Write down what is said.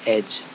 Edge